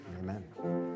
Amen